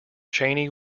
chaney